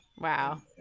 Wow